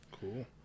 cool